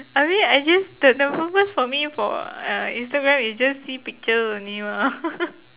I mean I just the the purpose for me for uh instagram is just see picture only mah